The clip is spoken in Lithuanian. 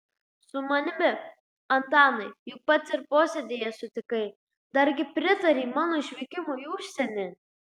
su manimi antanai juk pats ir posėdyje sutikai dargi pritarei mano išvykimui į užsienį